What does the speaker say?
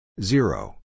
Zero